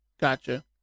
gotcha